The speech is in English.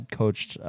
coached